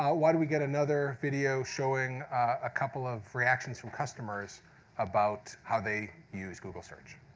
ah why don't we get another video showing a couple of reactions from customers about how they use google search.